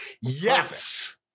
Yes